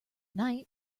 night